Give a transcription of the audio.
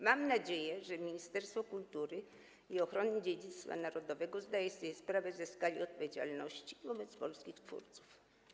Mam nadzieję, że Ministerstwo Kultury i Dziedzictwa Narodowego zdaje sobie sprawę ze skali odpowiedzialności wobec polskich twórców.